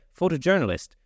photojournalist